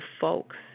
folks